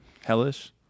hellish